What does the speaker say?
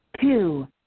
Two